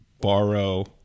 borrow